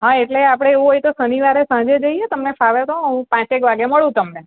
હં એટલે આપણે એવું હોય તો શનિવારે સાંજે જઈએ તમને ફાવે તો હું પાંચેક વાગ્યે મળું તમને